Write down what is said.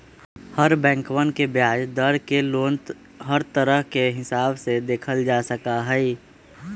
हर बैंकवन के ब्याज दर के लोन हर तरह के हिसाब से देखल जा सका हई